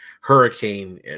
hurricane